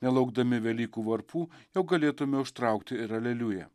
nelaukdami velykų varpų jau galėtume užtraukti ir aleliuja